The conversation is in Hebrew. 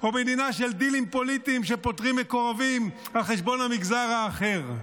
או מדינה של דילים פוליטיים שפוטרים מקורבים על חשבון המגזר האחר,